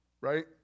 right